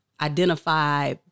identify